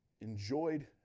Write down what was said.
enjoyed